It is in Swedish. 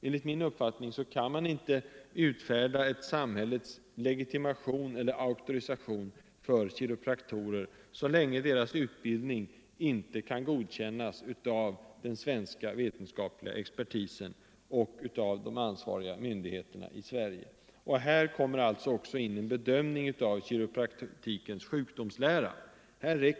Enligt min uppfattning kan man inte utfärda en officiell legitimation eller auktorisation för kiropraktorer, så länge deras utbildning inte kan godkännas av den svenska vetenskapliga expertisen och av de ansvariga myndigheterna. Här kommer alltså också en bedömning av kiropraktikens sjukdomslära in i bilden.